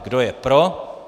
Kdo je pro?